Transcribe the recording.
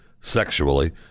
sexually